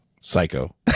psycho